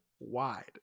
wide